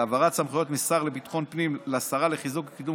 העברת סמכויות מהשר לביטחון הפנים לשרה לחיזוק וקידום